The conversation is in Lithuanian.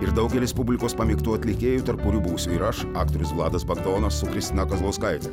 ir daugelis publikos pamėgtų atlikėjų tarp kurių būsiu ir aš aktorius vladas bagdonas su kristina kazlauskaite